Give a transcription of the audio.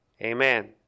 Amen